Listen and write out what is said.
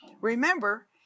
remember